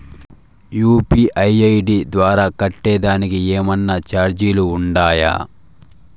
UPI ID ద్వారా కట్టేదానికి ఏమన్నా చార్జీలు ఉండాయా?